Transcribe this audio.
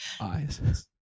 Eyes